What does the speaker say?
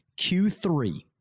Q3